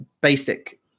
basic